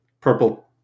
purple